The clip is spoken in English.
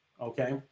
okay